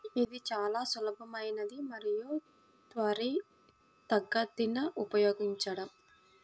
ఇది చాలా సులభమైనది మరియు త్వరితగతిన ఉపయోగించడం